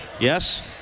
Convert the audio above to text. Yes